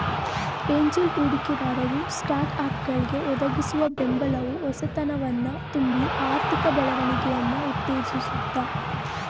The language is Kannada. ಏಂಜಲ್ ಹೂಡಿಕೆದಾರರು ಸ್ಟಾರ್ಟ್ಅಪ್ಗಳ್ಗೆ ಒದಗಿಸುವ ಬೆಂಬಲವು ಹೊಸತನವನ್ನ ತುಂಬಿ ಆರ್ಥಿಕ ಬೆಳವಣಿಗೆಯನ್ನ ಉತ್ತೇಜಿಸುತ್ತೆ